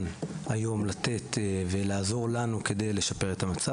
היום לתת ולעזור לנו כדי לשפר את המצב,